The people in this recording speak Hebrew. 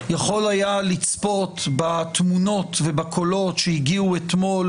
יכול היה לצפות בתמונות ובקולות שהגיעו אתמול